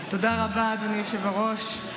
תודה רבה, אדוני היושב-ראש.